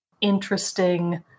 interesting